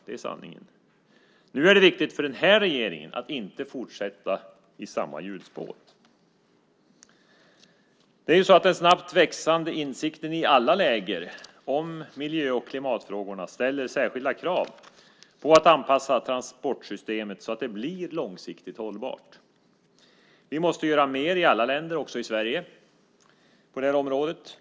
Det är sanningen. Nu är det viktigt för den här regeringen att inte fortsätta i samma hjulspår. Den snabbt växande insikten i alla läger om miljö och klimatfrågorna ställer särskilda krav på att anpassa transportsystemet så att det blir långsiktigt hållbart. Vi måste göra mer i alla länder, också i Sverige, på det här området.